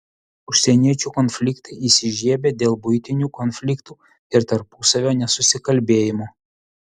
užsieniečių konfliktai įsižiebia dėl buitinių konfliktų ir tarpusavio nesusikalbėjimo